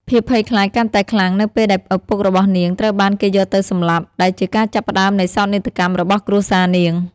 ភាពភ័យខ្លាចកាន់តែខ្លាំងនៅពេលដែលឪពុករបស់នាងត្រូវបានគេយកទៅសម្លាប់ ដែលជាការចាប់ផ្ដើមនៃសោកនាដកម្មរបស់គ្រួសារនាង។